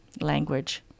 language